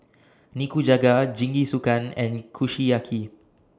Nikujaga Jingisukan and Kushiyaki